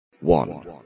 One